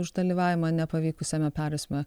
už dalyvavimą nepavykusiame perversme